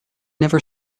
never